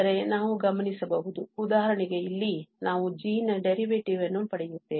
ಆದರೆ ನಾವು ಗಮನಿಸಬಹುದು ಉದಾಹರಣೆಗೆ ಇಲ್ಲಿ ನಾವು g ನ derivative ನ್ನು ಪಡೆಯುತ್ತೇವೆ